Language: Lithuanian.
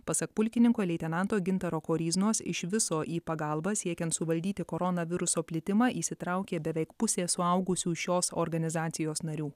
pasak pulkininko leitenanto gintaro koryznos iš viso į pagalbą siekiant suvaldyti koronaviruso plitimą įsitraukė beveik pusė suaugusių šios organizacijos narių